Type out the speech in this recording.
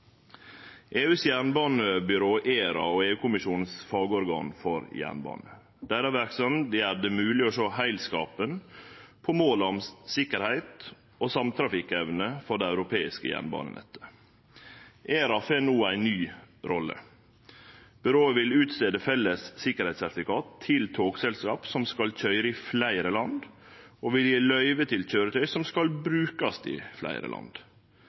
EUs jernbanebyrå, ERA, er EU-kommisjonens fagorgan for jernbane. Deira verksemd gjer det mogleg å sjå heilskapleg på måla om sikkerheit og samtrafikkevne for det europeiske jernbanenettet. ERA får no ei ny rolle. Byrået vil utstede felles sikkerheitssertifikat til togselskap som skal køyre i fleire land, og vil gje løyve til køyretøy som skal brukast i fleire land.